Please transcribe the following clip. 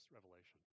Revelation